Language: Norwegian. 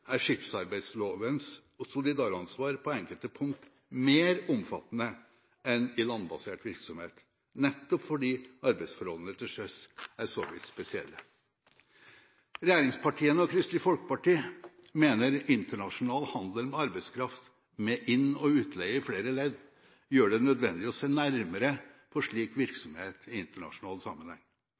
er skipsarbeidslovens solidaransvar på enkelte punkt mer omfattende enn i landbasert virksomhet, nettopp fordi arbeidsforholdene til sjøs er så vidt spesielle. Regjeringspartiene og Kristelig Folkeparti mener internasjonal handel med arbeidskraft, med inn- og utleie i flere ledd, gjør det nødvendig å se nærmere på slik virksomhet i internasjonal sammenheng.